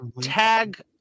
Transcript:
tag